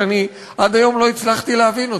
שאני עד היום לא הצלחתי להבין אותו.